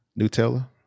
Nutella